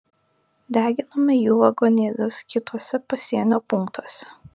deginome jų vagonėlius kituose pasienio punktuose